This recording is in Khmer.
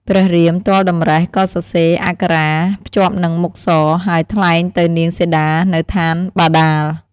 ព្រះរាមទាល់តម្រិះក៏សរសេរអក្ខរាភ្ជាប់នឹងមុខសរ ហើយថ្លែងទៅនាងសីតានៅឋានបាតាល។